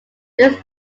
this